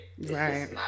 right